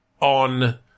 on